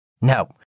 No